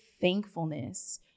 thankfulness